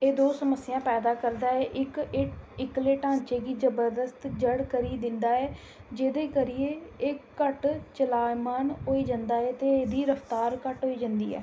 एह् दो समस्यां पैदा करदा ऐ इक एह् इक्कले ढांचे गी जबरदस्त जड़ करी दिंदा ऐ जेह्दे करी एह् घट्ट चलाएमान होई जंदा ऐ ते एह्दी रफ्तार घट्ट होई जंदी ऐ